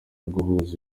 guhuza